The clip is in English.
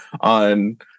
on